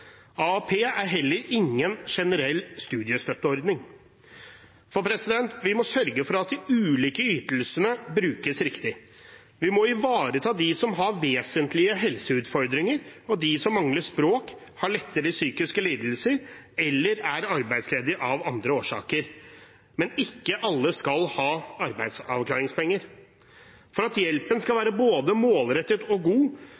er heller ingen generell studiestøtteordning. Vi må sørge for at de ulike ytelsene brukes riktig. Vi må ivareta dem som har vesentlige helseutfordringer, dem som mangler språk, har lettere psykiske lidelser eller er arbeidsledige av andre årsaker, men ikke alle skal ha arbeidsavklaringspenger. For at hjelpen skal være både målrettet og god,